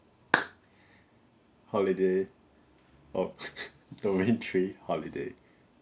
holiday one domain three holiday